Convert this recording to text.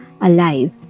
alive